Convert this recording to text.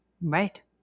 Right